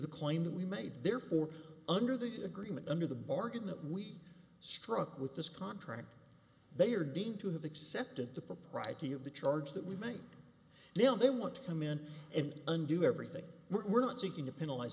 the claim that we made therefore under the agreement under the bargain that we struck with this contract they are deemed to have accepted the propriety of the charge that we made then they want to come in and undo everything we're not seeking to penalize